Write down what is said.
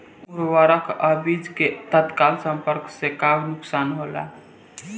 उर्वरक अ बीज के तत्काल संपर्क से का नुकसान होला?